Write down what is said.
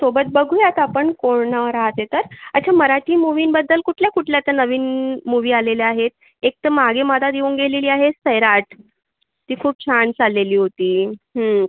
सोबत बघूयात आपण कोण राहते तर अच्छा मराठी मूव्हींबद्दल कुठल्या कुठल्या त्या नवीन मूवी आलेल्या आहे एक तर मागे मधात येऊन गेलेली आहे सैराट ती खूप छान चाललेली होती